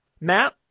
Matt